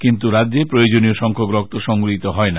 কিন্তু রাজ্যে প্রয়োজনীয় সংখ্যক রক্ত সংগৃহীত হয়না